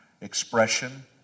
expression